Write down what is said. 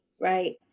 Right